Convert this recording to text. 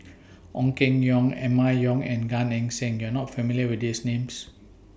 Ong Keng Yong Emma Yong and Gan Eng Seng YOU Are not familiar with These Names